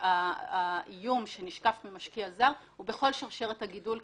האיום שנשקף ממשקיע זר הוא בכל שרשרת הגידול.